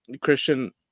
Christian